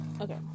okay